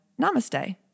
Namaste